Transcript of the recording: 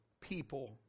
people